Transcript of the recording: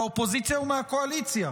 מהאופוזיציה ומהקואליציה,